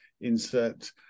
insert